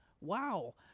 wow